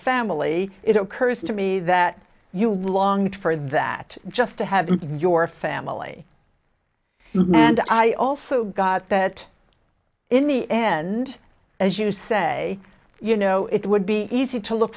family it occurs to me that you longed for that just to have your family and i also got that in the end as you say you know it would be easy to look